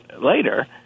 later